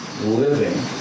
living